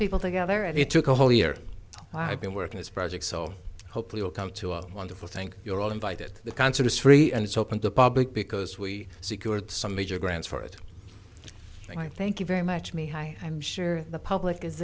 people together and it took a whole year i've been working this project so hopefully we'll come to a wonderful thing you're all invited the concert is free and it's open to public because we secured some major grants for it and i thank you very much me hi i'm sure the public is